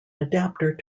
adapter